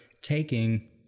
taking